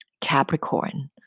Capricorn